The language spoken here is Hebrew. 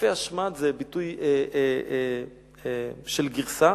"שלפי השמד" זה ביטוי של גרסה.